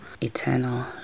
eternal